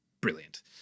brilliant